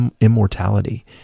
immortality